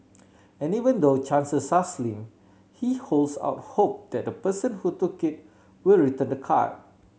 and even though chances are slim he holds out hope that the person who took it will return the card